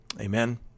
Amen